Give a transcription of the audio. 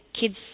kids